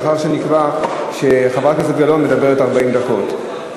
לאחר שנקבע שחברת הכנסת גלאון מדברת 40 דקות.